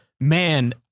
Man